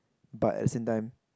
but at the same time